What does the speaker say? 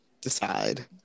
decide